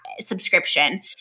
subscription